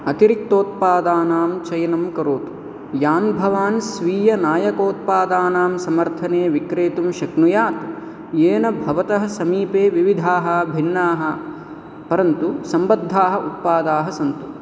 अतिरिक्तोत्पादानां चयनं करोतु यान् भवान् स्वीयनायकोत्पादानां समर्थने विक्रेतुं शक्नुयात् येन भवतः समीपे विविधाः भिन्नाः परन्तु सम्बद्धाः उत्पादाः सन्तु